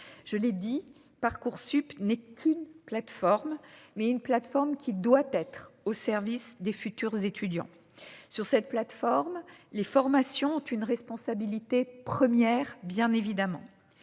je l'ai dit. Parcoursup n'est qu'une plateforme mais une plateforme qui doit être au service des futurs étudiants sur cette plateforme, les formations ont une responsabilité première, bien évidemment,